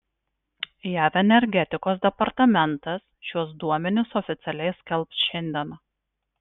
jav energetikos departamentas šiuos duomenis oficialiai skelbs šiandien